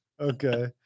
Okay